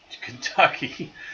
Kentucky